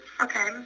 Okay